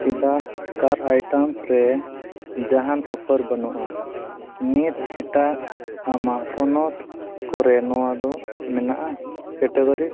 ᱪᱮᱫᱟᱜ car items ᱨᱮ ᱡᱟᱦᱟᱱ ᱚᱯᱷᱟᱨ ᱵᱟᱱᱩᱜᱼᱟ ᱱᱤᱛ ᱮᱴᱟᱜ ᱟᱢᱟᱜ ᱛᱷᱚᱱᱚᱛ ᱠᱚᱨᱮ ᱱᱚᱣᱟᱫᱚ ᱢᱮᱱᱟᱜᱼᱟ ᱠᱮᱴᱟᱜᱚᱨᱤᱥ